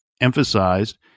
emphasized